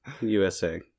USA